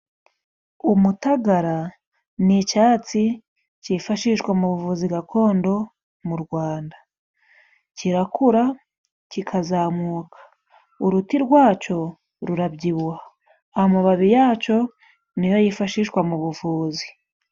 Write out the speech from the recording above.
Umutagara ni icyatsi cyifashishwa mu buvuzi gakondo mu Rwanda, kirakura kikazamuka, uruti rwacyo rurabyibuha, amababi yacyo niyo yifashishwa mu buvuzi.